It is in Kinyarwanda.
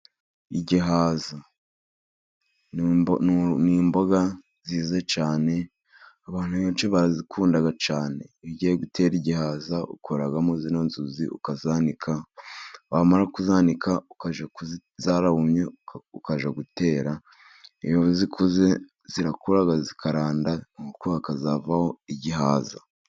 igihaza ni imboga nziza cyane, abantu benshi barazikunda cyane. Ugiye gutera igihaza ukuramo zino nzuzi ukazanika, wamara kuzanika zarumye ukajya gutera. Iyo zikuze zirakura zikaranda nuko hakazavaho igihaza.